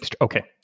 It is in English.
Okay